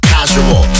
Casual